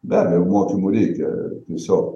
be abejo mokymų reikia tiesiog